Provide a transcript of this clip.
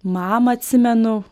mamą atsimenu